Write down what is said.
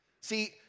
See